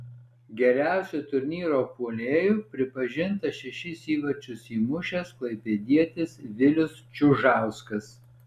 geriausiu turnyro puolėju pripažintas šešis įvarčius įmušęs klaipėdietis vilius čiužauskas